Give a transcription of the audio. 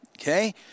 okay